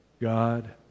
God